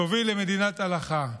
תוביל למדינת הלכה.